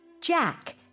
Jack